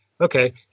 okay